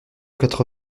quatre